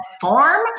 form